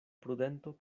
prudento